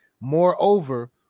moreover